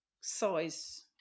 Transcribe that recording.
size